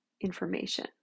information